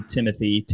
Timothy